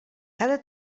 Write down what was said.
cada